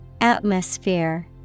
Atmosphere